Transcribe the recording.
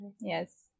Yes